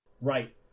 Right